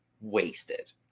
wasted